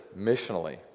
missionally